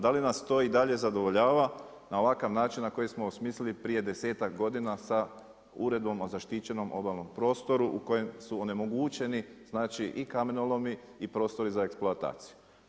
Da li nas to i dalje zadovoljava na ovakav način na koji smo osmislili prije desetak godina sa Uredbom o zaštićenom obalnom prostoru u kojem su onemogućeni, znači i kamenolomi i prostori za eksploataciju.